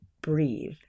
breathe